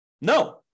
No